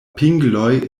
pingloj